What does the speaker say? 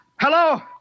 Hello